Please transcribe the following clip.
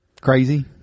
crazy